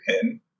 pin